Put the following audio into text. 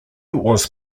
was